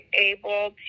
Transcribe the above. able